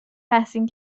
تحسین